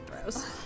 throws